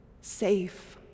safe